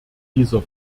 dieser